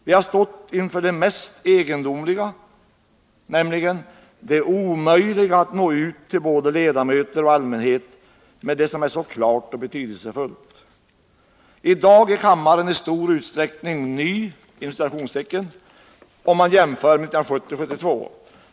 Vi har stått inför det mest egendomliga, nämligen det omöjliga att nå ut till både ledamöter och allmänhet med det som är klart och betydelsefullt. I dag är kammaren i stor utsträckning ”ny” om man jämför med 1970-1972.